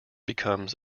becomes